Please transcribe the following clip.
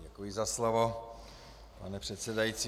Děkuji za slovo, pane předsedající.